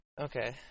Okay